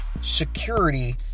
security